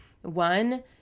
one